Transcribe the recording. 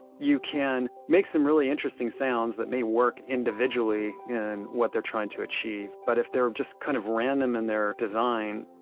you can make some really interesting sounds that may work individually in what they're trying to achieve, but if they're just kind of random in their design,